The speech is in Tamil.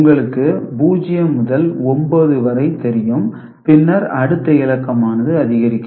உங்களுக்கு 0 முதல் 9 வரை தெரியும் பின்னர் அடுத்த இலக்கமானது அதிகரிக்கும்